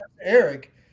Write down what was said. Eric